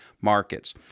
markets